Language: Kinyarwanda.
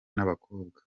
n’abakobwa